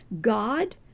God